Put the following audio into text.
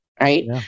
right